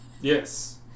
Yes